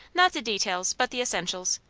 not the details, but the essentials.